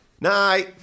Night